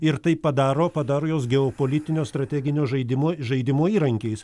ir tai padaro padaro juos geopolitinio strateginio žaidimo žaidimo įrankiais